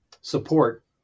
support